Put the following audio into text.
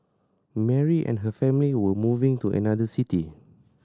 Mary and her family were moving to another city